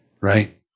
right